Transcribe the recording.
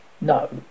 No